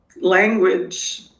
language